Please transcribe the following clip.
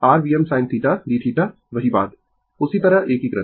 r Vm sinθdθ वही बात उसी तरह एकीकृत